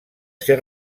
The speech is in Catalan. ser